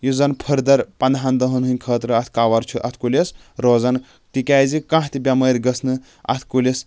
یُس زَن فٔردر پنٛدہَن دۄہَن ہٕنٛدۍ خٲطرٕ اتھ کَور چھُ اَتھ کُلِس روزان تِکیازِ کانٛہہ تہِ بٮ۪مٲرۍ گٔژھ نہٕ اَتھ کُلِس